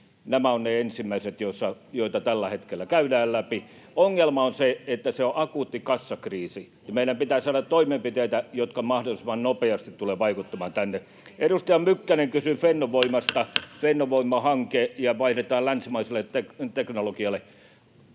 nämä ovat ne ensimmäiset, joita tällä hetkellä käydään läpi. Ongelma on se, että se on akuutti kassakriisi, ja meidän pitää saada toimenpiteitä, jotka mahdollisimman nopeasti tulevat vaikuttamaan tänne. Edustaja Mykkänen kysyi Fennovoimasta,